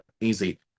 easy